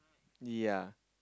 ya